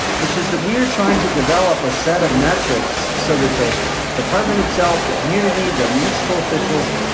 which is that we are trying to develop a set of metrics so that the department itself, the community, the municipal officials,